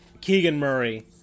Keegan-Murray